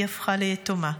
היא הפכה ליתומה.